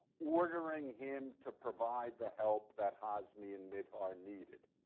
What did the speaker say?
ordering him to provide the help that hazmi and mihdhar needed.